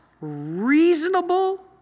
reasonable